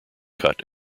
cut